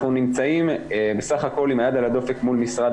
אנחנו נמצאים בסך הכל עם היד על הדופק מול משרד